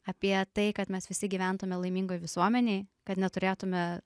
apie tai kad mes visi gyventume laimingoj visuomenėj kad neturėtume